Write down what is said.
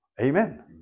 Amen